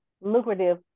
lucrative